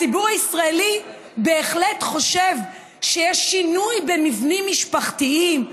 הציבור הישראלי בהחלט חושב שיש שינוי במבנים משפחתיים,